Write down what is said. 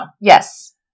Yes